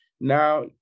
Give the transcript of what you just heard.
Now